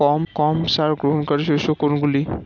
কম সার গ্রহণকারী শস্য কোনগুলি?